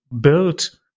built